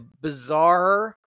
bizarre